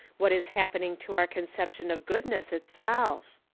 what is happening to our conception of goodness itself?